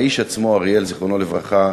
האיש עצמו, אריאל, זיכרונו לברכה,